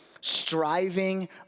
striving